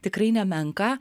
tikrai nemenką